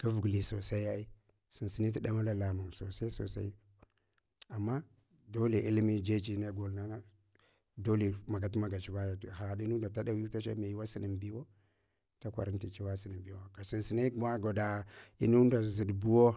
Gavgli sosaiyai sunsuni t'ɗamala lamung sosai sosai, ama dole ilmi jejiji ne golna, dole magat magach vaya, hahaɗ inunda da dawiwta che maiyuwa sunan biva da kwavanti chewa sunabiwa gwa sunsuni kuma gwaɗa inunɗa zuɗbuwo